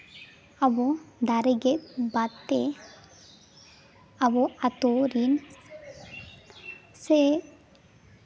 ᱟᱵᱚ ᱫᱟᱨ ᱜᱮᱫ ᱵᱟᱫ ᱛᱮ ᱟᱵᱚ ᱟᱛᱳ ᱨᱤᱱ ᱥᱮ